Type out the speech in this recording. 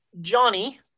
Johnny